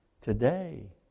today